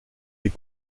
des